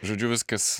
žodžiu viskas